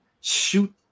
Shoot